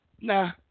Nah